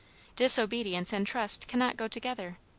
disobedience and trust cannot go together.